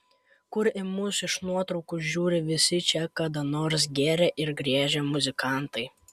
kur į mus iš nuotraukų žiūri visi čia kada nors gėrę ir griežę muzikantai